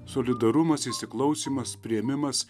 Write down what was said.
solidarumas įsiklausymas priėmimas